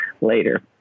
later